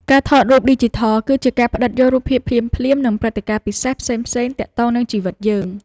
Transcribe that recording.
ការថតរូបឌីជីថល គឺជាការផ្ដិតយករូបភាពភ្លាមៗ និងព្រឹត្តិការណ៍ពិសេសផ្សេងៗទាក់ទងនឹងជីវិតយើង។